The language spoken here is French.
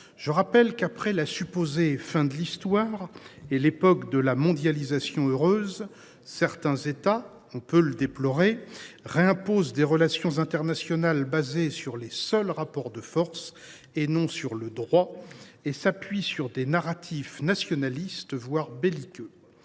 je rappelle que, après la supposée « fin de l’histoire » et l’époque de la « mondialisation heureuse », certains États – on peut le déplorer – réimposent des relations internationales fondées sur les seuls rapports de force, et non sur le droit, et s’appuient sur des narratifs nationalistes, voire belliqueux.